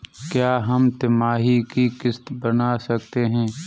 क्या हम तिमाही की किस्त बना सकते हैं?